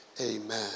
Amen